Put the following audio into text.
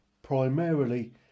Primarily